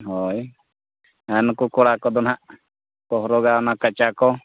ᱦᱳᱭ ᱱᱩᱠᱩ ᱠᱚᱲᱟ ᱠᱚᱫᱚ ᱦᱟᱜ ᱦᱚᱨᱚᱜᱟ ᱚᱱᱟ ᱠᱟᱪᱟ ᱠᱚ